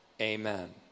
Amen